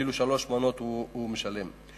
כאילו הוא משלם על שלוש מנות.